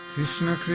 Krishna